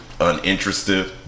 Uninterested